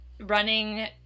running